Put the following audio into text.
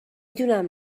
دونم